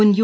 മുൻ യു